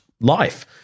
life